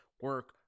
Work